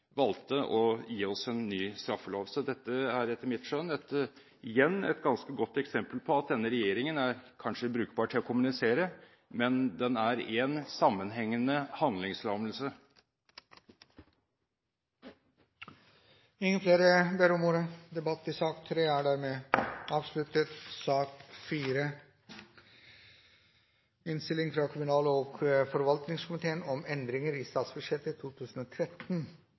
valgte å gi oss en ny straffelov. Dette er etter mitt skjønn igjen et ganske godt eksempel på at denne regjeringen kanskje er brukbar til å kommunisere, men den er én sammenhengende handlingslammelse. Flere har ikke bedt om ordet til sak nr. 3. Etter ønske fra kommunal- og forvaltningskomiteen